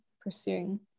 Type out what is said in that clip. pursuing